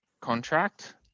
contract